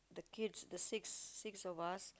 the kids the six six of us